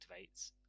activates